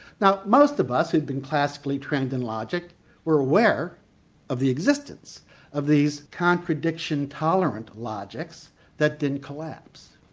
now most of us who've been classically trained in logic were aware of the existence of these contradiction tolerant logics that didn't collapse.